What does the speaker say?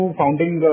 founding